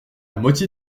moitié